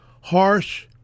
harsh